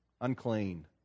unclean